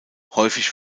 häufig